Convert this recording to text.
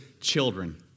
children